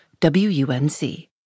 WUNC